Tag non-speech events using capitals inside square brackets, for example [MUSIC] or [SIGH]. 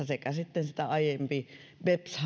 [UNINTELLIGIBLE] sekä sitten sitä aiempi oecdn beps [UNINTELLIGIBLE]